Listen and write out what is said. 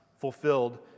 fulfilled